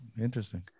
Interesting